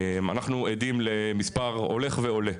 אנחנו עדים למספר הולך ועולה,